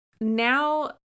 now